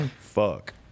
Fuck